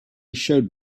showed